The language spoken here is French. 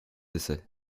essai